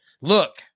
Look